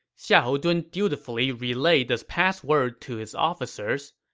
xiahou dun dutifully relayed this password to his officers.